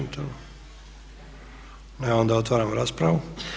Ne, onda otvaram raspravu.